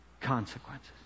consequences